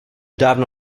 dávno